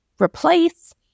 replace